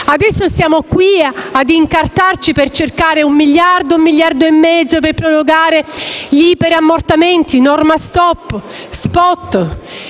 Adesso siamo qui ad incartarci per cercare un miliardo o 1,5 miliardi per prorogare gli iperammortamenti, norma *spot*,